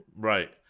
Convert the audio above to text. Right